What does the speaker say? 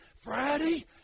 Friday